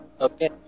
Okay